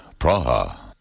Praha